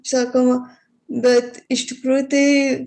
sakoma bet iš tikrųjų tai